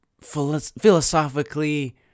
philosophically